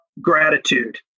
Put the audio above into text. gratitude